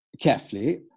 carefully